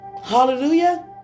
Hallelujah